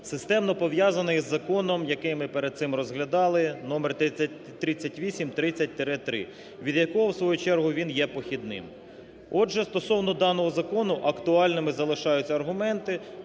системно пов'язаний із законом, який ми перед цим розглядали (номер 3830-3), від якого він в свою чергу є похідним. Отже, стосовно даного закону актуальними залишаються аргументи